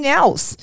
else